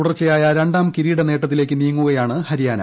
തുടർച്ചയായ രണ്ടാം കിരീട നേട്ടത്തിലേയ്ക്ക് നീങ്ങുകയാണ് ഹരിയാന